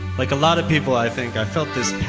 like a lot of people, i think, i felt this